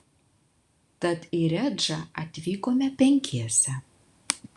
tad į redžą atvykome penkiese